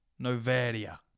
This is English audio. Novaria